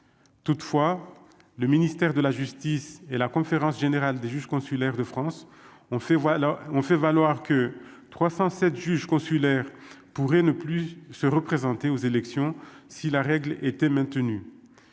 toutefois le ministère de la justice et la conférence générale des juges consulaires de France on fait voilà, on fait valoir que 307 juges consulaires pourrait ne plus se représenter aux élections si la règle était maintenu,